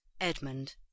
Edmund